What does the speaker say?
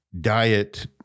diet